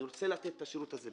אני רוצה לתת את השירות הזה.